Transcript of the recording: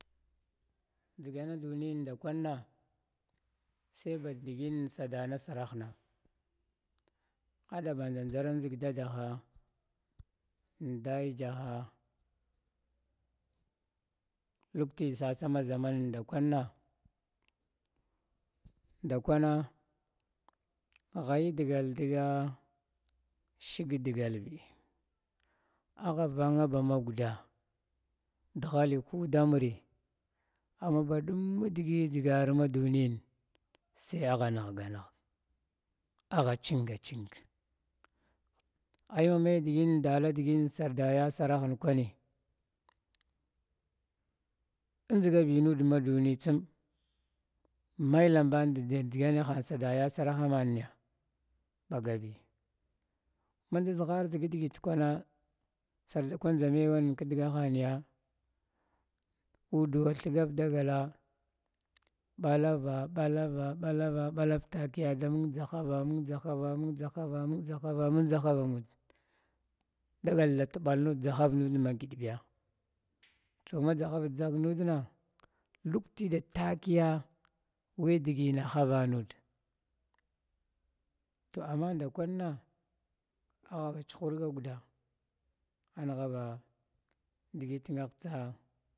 Dʒgana duniyin ndakwanna sai badiginin sadana sarahn adaba ndʒa ndʒarandʒg dadaha dayijha ha, laukuti sasama ʒamaman ndakwanan ndakwanan haidgla dga shig dgalbi, aha vanbaaguda duẖalbi kudamiri ah badm digi dʒigar ma duniyin sai anuhaga nuhga a chinga chinga, ai ma mai dala digin sada ya sarahni kwani dʒgabi nyd ma duni kwaani, tsm digin me lamban digin sarda yasarahna manya bagabi mandʒa dʒhar dʒgdigit kwana sarta kinndʒa me digahan kwang udwa thugud agala, balava balava balava balava lakiya da mung dʒahava mung dʒahava mung dʒahava mud, dagal da tbalnud mung dʒahava ma didimud, to ma dʒahavt dʒahg nud na lukti da takiya wadigi nahavan nud, to ama ndakwanna aba chihurga guda nhtsa.